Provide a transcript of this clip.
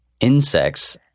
insects